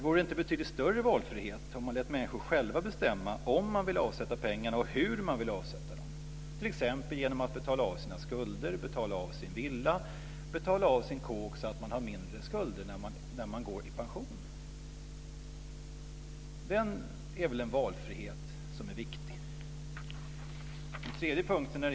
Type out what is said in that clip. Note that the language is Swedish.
Vore det inte betydligt större valfrihet om man lät människor själva bestämma om de vill avsätta pengar, och hur de vill avsätta dem? Man kunde t.ex. betala av sina skulder och betala av på sin villa så att man har mindre skulder när man går i pension. Det är väl en viktig valfrihet?